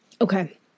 Okay